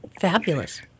Fabulous